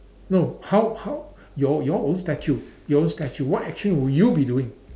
no how how your your own statue your own statue what actually will you be doing